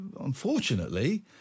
Unfortunately